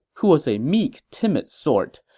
who was a meek, timid sort,